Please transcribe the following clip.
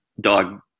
dog